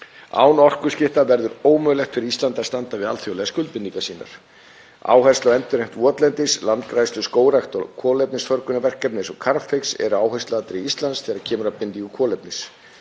Án orkuskipta verður ómögulegt fyrir Ísland að standa við alþjóðlegar skuldbindingar sínar. Endurheimt votlendis, landgræðsla, skógrækt og kolefnisförgunarverkefni eins og Carbfix eru áhersluatriði Íslands þegar kemur að bindingu kolefnis.